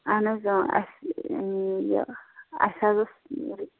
اَہَن حظ آ اَسہِ یہِ اَسہِ حظ اوس یہِ